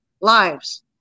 lives